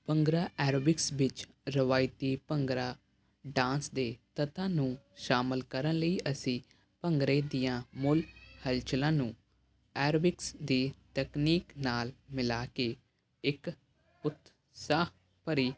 bhangra aerobics ਵਿੱਚ ਰਵਾਇਤੀ bhangra dance ਦੇ ਤੱਥਾਂ ਨੂੰ ਸ਼ਾਮਿਲ ਕਰਨ ਲਈ ਅਸੀਂ ਭੰਗੜੇ ਦੀਆਂ ਮੁੱਲ ਹਲਚਲਾਂ ਨੂੰ ਐਰੋਬਿਕਸ ਦੀ ਤਕਨੀਕ ਨਾਲ ਮਿਲਾ ਕੇ ਇੱਕ ਉਤਸ਼ਾਹ ਭਰੀ